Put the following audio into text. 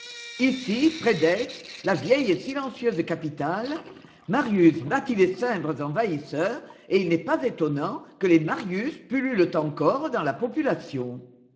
ici près d'aîx la vieille et silencieuse capitale marius battit les cimbres envahisseurs et il n'est pas étonnant que les marius pullulent encore dans la population